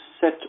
set